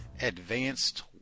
advanced